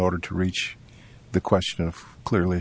order to reach the question of clearly